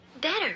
Better